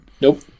Nope